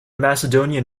macedonian